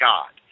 God